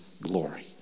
glory